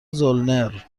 زلنر